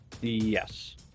Yes